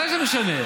בוודאי שזה משנה.